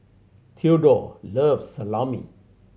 Theodore loves Salami